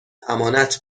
امانت